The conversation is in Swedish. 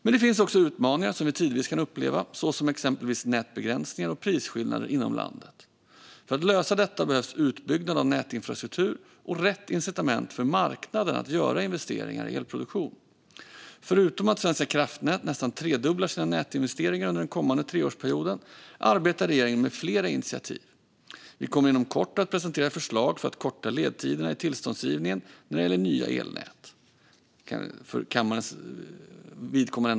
Men det finns också utmaningar som vi tidvis kan uppleva såsom nätbegränsningar och prisskillnader inom landet. För att lösa detta behövs utbyggnad av nätinfrastruktur och rätt incitament för marknaden att göra investeringar i elproduktion. Förutom att Svenska kraftnät nästan tredubblar sina nätinvesteringar den kommande treårsperioden arbetar regeringen med flera initiativ. Förra veckan presenterade vi förslag för att korta ledtiderna i tillståndsgivningen när det gäller nya elnät.